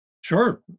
Sure